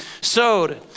sowed